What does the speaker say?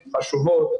הן חשובות,